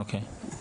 אוקיי.